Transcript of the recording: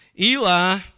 Eli